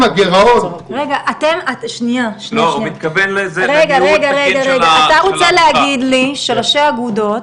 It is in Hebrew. רגע, רבותיי, אתה רוצה להגיד לי שראשי אגודות